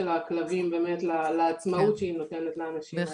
הכלבים לעצמאות שהיא נותנת לאנשים האלה.